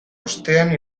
ostean